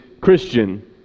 Christian